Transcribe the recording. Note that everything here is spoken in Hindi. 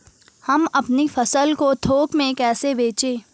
हम अपनी फसल को थोक में कैसे बेचें?